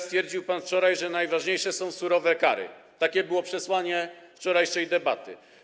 Stwierdził pan wczoraj, że najważniejsze są surowe kary, takie było przesłanie wczorajszej debaty.